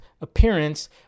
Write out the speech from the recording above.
appearance